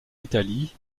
italie